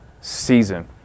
season